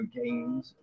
games